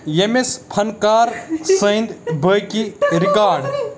یٔمِس فنٛکار سٕنٛدۍ باقٕے ریکارڈ